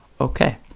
Okay